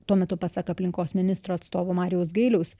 tuo metu pasak aplinkos ministro atstovo marijaus gailiaus